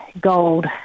gold